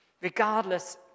Regardless